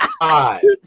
Five